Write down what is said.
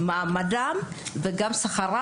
גם בשכר,